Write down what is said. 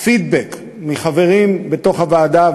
פידבק מחברים בתוך הוועדה,